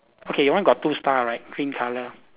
okay your one got two star right green colour